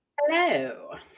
Hello